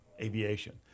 aviation